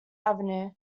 avenue